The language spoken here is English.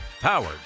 Powered